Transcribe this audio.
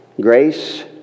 grace